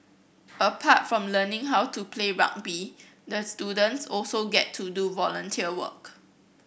apart from learning how to play rugby the students also get to do volunteer work